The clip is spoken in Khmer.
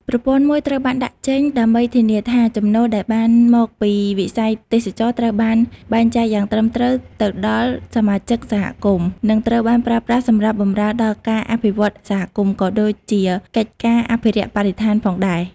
ប្រព័ន្ធមួយត្រូវបានដាក់ចេញដើម្បីធានាថាចំណូលដែលបានមកពីវិស័យទេសចរណ៍ត្រូវបានបែងចែកយ៉ាងត្រឹមត្រូវទៅដល់សមាជិកសហគមន៍ និងត្រូវបានប្រើប្រាស់សម្រាប់បម្រើដល់ការអភិវឌ្ឍសហគមន៍ ក៏ដូចជាកិច្ចការអភិរក្សបរិស្ថានផងដែរ។